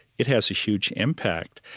it has a huge impact.